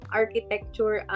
architecture